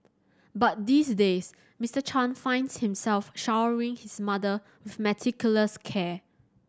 but these days Mister Chan finds himself showering his mother with meticulous care